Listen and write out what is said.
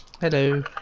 Hello